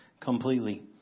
completely